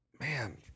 Man